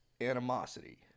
animosity